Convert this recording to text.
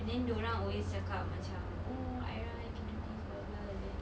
and then dorang always cakap macam oh Ayra you can do this blah blah blah like that